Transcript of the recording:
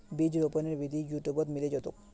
बीज रोपनेर विधि यूट्यूबत मिले जैतोक